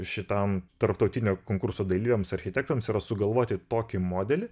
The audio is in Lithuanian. šitam tarptautinio konkurso dalyviams architektams yra sugalvoti tokį modelį